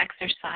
exercise